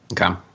okay